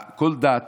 כל דת